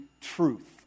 truth